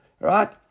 right